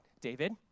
David